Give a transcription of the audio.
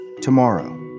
tomorrow